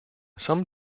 some